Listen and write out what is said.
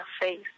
face